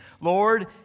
Lord